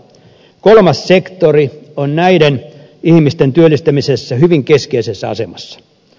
kolmas sektori on näiden ihmisten työllistämisessä hyvin keskeisessä asemassa